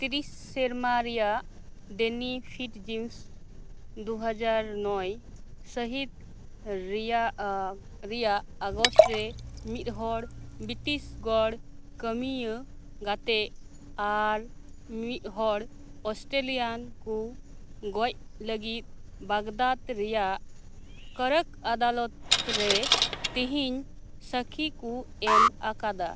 ᱛᱤᱨᱤᱥ ᱥᱮᱨᱢᱟ ᱨᱮᱭᱟᱜ ᱰᱮᱱᱤᱯᱷᱤᱴᱡᱤᱢᱥ ᱫᱩ ᱦᱟᱡᱟᱨ ᱱᱚᱭ ᱥᱟᱹᱦᱤᱛ ᱨᱮᱭᱟᱜ ᱨᱮᱭᱟᱜ ᱟᱜᱚᱥᱴ ᱨᱮ ᱢᱤᱫ ᱦᱚᱲ ᱵᱨᱤᱴᱤᱥ ᱜᱚᱲ ᱠᱟᱹᱢᱤᱭᱟᱹ ᱜᱟᱛᱮ ᱟᱨ ᱢᱤᱫ ᱦᱚᱲ ᱚᱥᱴᱮᱞᱤᱭᱟᱱ ᱠᱚ ᱜᱚᱡ ᱞᱟᱹᱜᱤᱫ ᱵᱟᱜᱽᱫᱟᱛ ᱨᱮᱭᱟᱜ ᱠᱚᱨᱚᱠ ᱟᱫᱟᱞᱚᱛ ᱨᱮ ᱛᱤᱦᱤᱧ ᱥᱟᱹᱠᱷᱤ ᱠᱚ ᱮᱢ ᱟᱠᱟᱫᱟ